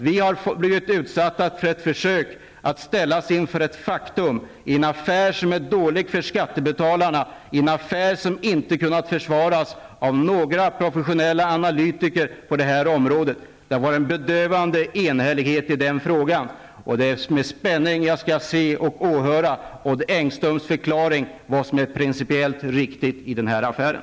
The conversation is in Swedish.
Vi har blivit utsatta för ett försök att ställas inför ett faktum, i en affär som är dålig för skattebetalarna, i en affär som inte har kunnat försvaras av några professionella analytiker på det här området. Det var en bedövande enhällighet i den frågan. Det är med spänning jag skall åhöra Odd Engströms förklaring i fråga om vad som är principiellt riktigt i den här affären.